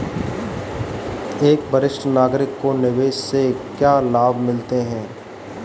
एक वरिष्ठ नागरिक को निवेश से क्या लाभ मिलते हैं?